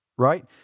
Right